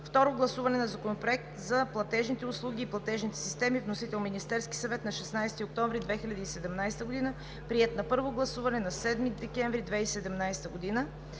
Второ гласуване на Законопроекта за платежните услуги и платежните системи. Вносител – Министерският съвет, 16 октомври 2017 г. Приет на първо гласуване на 7 декември 2017 г.